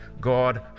God